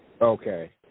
Okay